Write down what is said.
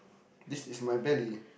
this is my belly